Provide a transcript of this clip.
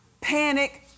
Panic